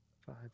Five